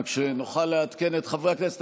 רק שנוכל לעדכן את חברי הכנסת.